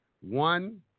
One